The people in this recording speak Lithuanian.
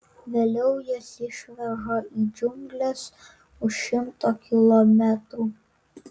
vėliau jas išveža į džiungles už šimto kilometrų